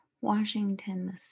Washington